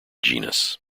genus